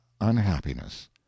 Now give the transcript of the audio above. unhappiness